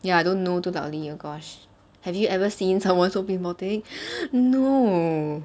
ya I don't know too loudly oh gosh have you ever seen someone so be more thing no